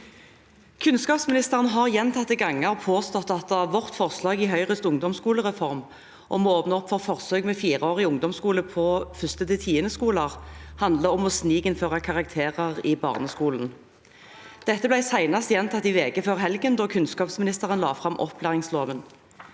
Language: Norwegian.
Kunnskapsministeren har gjentatte ganger påstått at vårt forslag i Høyres ungdomsskolereform om å åpne for forsøk med fireårig ungdomsskole på første- til tiendeklasseskoler handler om å snikinnføre karakterer i barneskolen. Dette ble senest gjentatt i VG før helgen, da kunnskapsministeren la fram opplæringsloven.